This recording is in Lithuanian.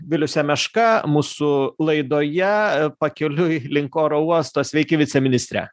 vilius semeška mūsų laidoje pakeliui link oro uosto sveiki viceministre